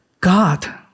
God